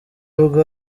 ubwo